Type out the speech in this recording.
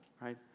right